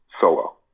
solo